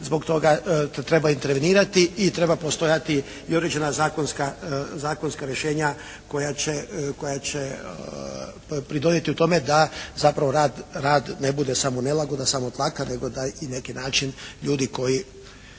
zbog toga treba intervenirati i treba postojati i određena zakonska rješenja koja će pridonijeti u tome da zapravo rad ne bude samo nelagoda, samo bakar, nego da i na neki način ljudi koji